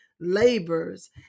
labors